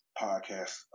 podcast